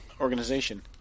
organization